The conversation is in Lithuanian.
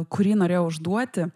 kurį norėjau užduoti